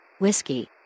Whiskey